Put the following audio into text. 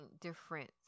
different